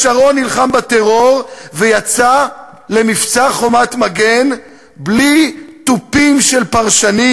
שרון נלחם בטרור ויצא למבצע "חומת מגן" בלי תופים של פרשנים